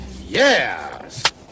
Yes